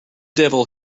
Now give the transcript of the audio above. devil